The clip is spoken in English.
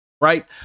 right